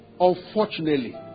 Unfortunately